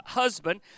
husband